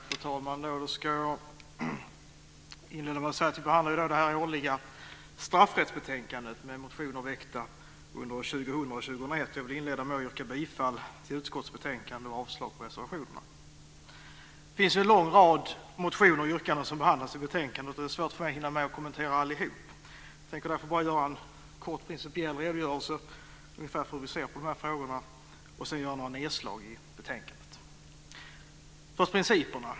Fru talman! I dag behandlar vi det årliga straffrättsbetänkandet med motioner väckta under år 2000 och 2001. Jag vill inleda med att yrka bifall till förslaget i utskottets betänkande och avslag på reservationerna. Det finns en lång rad motioner och yrkanden som behandlas i betänkandet. Det är svårt för mig att hinna med och kommentera allihop. Jag tänker därför bara göra en kort principiell redogörelse för hur vi ser på de här frågorna och sedan göra några nedslag i betänkandet. Först har vi principerna.